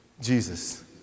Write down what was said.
Jesus